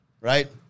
right